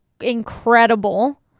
incredible